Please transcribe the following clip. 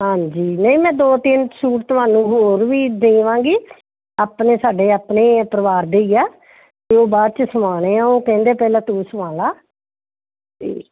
ਹਾਂਜੀ ਨਹੀਂ ਮੈਂ ਦੋ ਤਿੰਨ ਸੂਟ ਤੁਹਾਨੂੰ ਹੋਰ ਵੀ ਦੇਵਾਂਗੀ ਆਪਣੇ ਸਾਡੇ ਆਪਣੇ ਪਰਿਵਾਰ ਦੇ ਹੀ ਆ ਅਤੇ ਉਹ ਬਾਅਦ 'ਚ ਸਿਵਾਉਣੇ ਆ ਉਹ ਕਹਿੰਦੇ ਪਹਿਲਾਂ ਤੂੰ ਸਿਲਾ ਲਾ ਅਤੇ